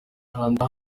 kanda